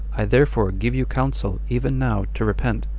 i therefore give you counsel even now to repent,